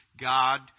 God